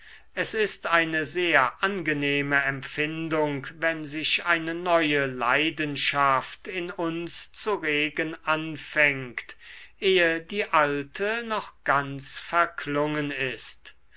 es ist eine sehr angenehme empfindung wenn sich eine neue leidenschaft in uns zu regen anfängt ehe die alte noch ganz verklungen ist